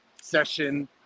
session